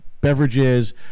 beverages